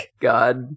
God